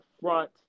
front